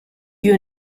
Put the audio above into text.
you